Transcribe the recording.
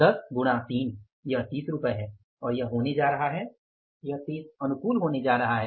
10 गुणा 3 यह 30 रुपये है और यह होने जा रहा है यह 30 अनुकूल होने जा रहा है